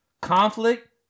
Conflict